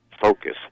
focus